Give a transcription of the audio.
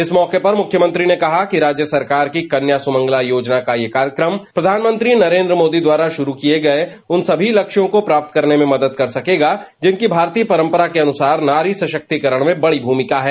इस मौके पर मुख्यमंत्री ने कहा कि राज्य सरकार की कन्या सुमंगला योजना का यह कार्यक्रम प्रधानमंत्री नरेन्द्र मोदी द्वारा शुरू किये गये उन सभी लक्ष्यों को प्राप्त करने में मदद करेगा जिनकी भारतीय परम्परानुसार नारी सशक्तिकरण में बड़ी भूमिका है